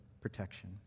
protection